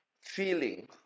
feeling